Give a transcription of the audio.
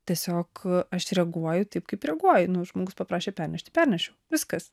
tiesiog aš reaguoju taip kaip reaguoju nu žmogus paprašė pernešti pernešiau viskas